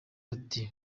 ati